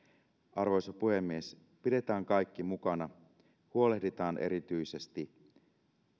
arvoisa puhemies pidetään kaikki mukana huolehditaan erityisesti